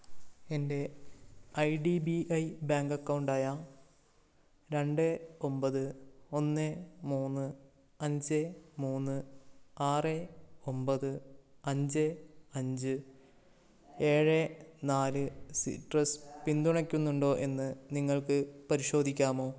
എൻ്റെ I D B I bank account ആയ രണ്ട് ഒമ്പത് ഒന്ന് മൂന്ന് അഞ്ച് മൂന്ന് ആറ് ഒമ്പത് അഞ്ച് അഞ്ച് ഏഴ് നാല് സിട്രസ് പിന്തുണയ്ക്കുന്നുണ്ടോ എന്ന് നിങ്ങൾക്ക് പരിശോധിക്കാമോ